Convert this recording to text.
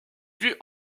vus